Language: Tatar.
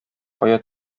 кая